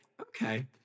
Okay